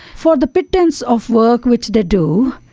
for the pittance of work which they do,